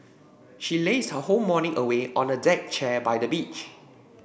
she lazed her whole morning away on a deck chair by the beach